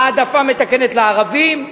העדפה מתקנת לערבים,